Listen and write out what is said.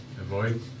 avoid